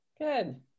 good